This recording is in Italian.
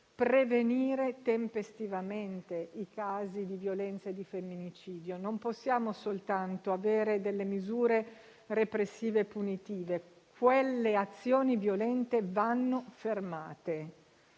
prevenire tempestivamente i casi di violenza e di femminicidio. Non possiamo soltanto avere misure repressive e punitive. Quelle azioni violente vanno fermate.